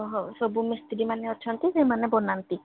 ହେଉ ସବୁ ମିସ୍ତ୍ରୀମାନେ ଅଛନ୍ତି ସେମାନେ ବନାନ୍ତି